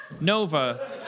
Nova